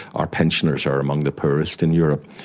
our pensioners are among the poorest in europe,